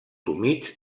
humits